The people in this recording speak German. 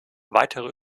weitere